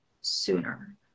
sooner